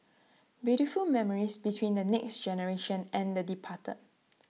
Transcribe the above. beautiful memories between the next generation and the departed